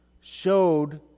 showed